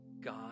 God